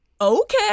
Okay